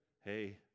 hey